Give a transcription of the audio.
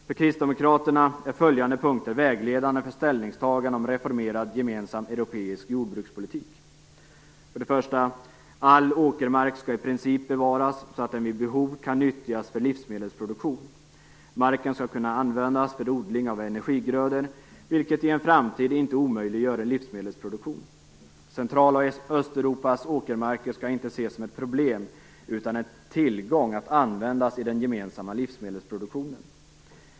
För Kristdemokraterna är följande punkter vägledande för ställningstagande om reformerad gemensam europeisk jordbrukspolitik. 1. All åkermark skall i princip bevaras så att den vid behov kan nyttjas för livsmedelsproduktion. Marken skall kunna användas för odling av energigrödor, vilket i en framtid inte omöjliggör livsmedelsproduktion. Central och Östeuropas åkermarker skall inte ses som ett problem, utan som en tillgång att användas i den gemensamma livsmedelsproduktionen.